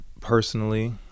personally